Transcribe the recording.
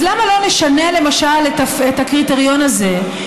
אז למה לא נשנה למשל את הקריטריון הזה?